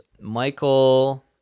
michael